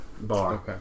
Bar